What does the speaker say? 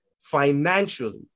financially